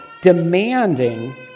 demanding